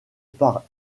part